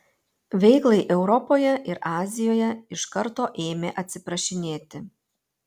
veiklai europoje ir azijoje iš karto ėmė atsiprašinėti